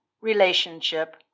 relationship